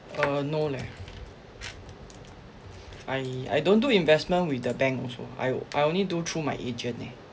uh no leh I I don't do investment with the bank also I I only do through my agent eh